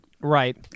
Right